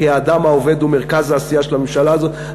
כי האדם העובד הוא מרכז העשייה של הממשלה הזאת,